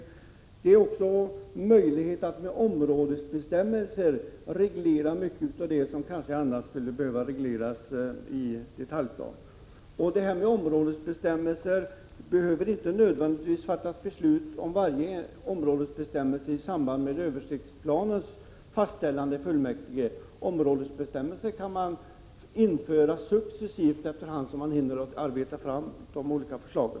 Vidare är det möjligt att med hjälp av områdesbestämmelser reglera mycket av det som annars kanske skulle behöva regleras i detaljplanen. När det gäller områdesbestämmelserna behöver man inte nödvändigtvis fatta beslut om varje områdesbestämmelse i samband med översiktsplanens fastställande i fullmäktige. Områdesbestämmelser kan införas successivt, allteftersom man hinner arbeta fram de olika förslagen.